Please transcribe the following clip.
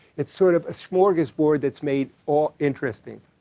it's sort of a smorgasbord that's made all interesting.